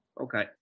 Okay